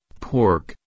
Pork